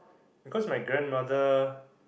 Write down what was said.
because my grandmother